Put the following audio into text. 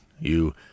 You